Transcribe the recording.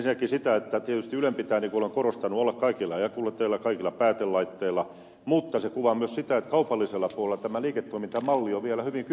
ensinnäkin sitä että tietysti ylen pitää niin kuin olen korostanut olla kaikilla jakeluteillä kaikilla päätelaitteilla mutta myös sitä että kaupallisella puolella tämä liiketoimintamalli on vielä hyvin kypsymätön